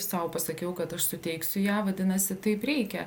sau pasakiau kad aš suteiksiu ją vadinasi taip reikia